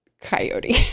coyote